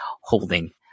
holding